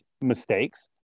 mistakes